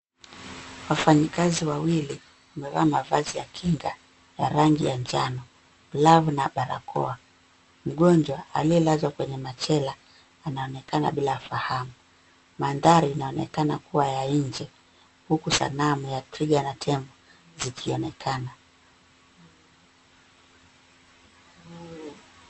Wafanya kazi wawili wamevaa mavazi ya kinga ya rangi ya njano, glavu na barakoa. Mgonjwa aliyelazwa kwenye machela anaonekana bila fahamu. Mandhari inaonekana kuwa ya nje, huku sanamu ya twiga na tembo zikionekana.